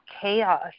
chaos